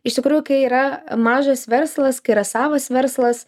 iš tikrųjų kai yra mažas verslas kai yra savas verslas